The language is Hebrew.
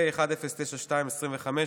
פ/1092/25,